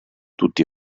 tutti